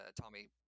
Tommy